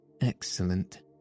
excellent